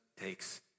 takes